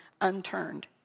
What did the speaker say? unturned